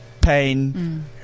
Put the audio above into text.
pain